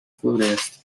floresta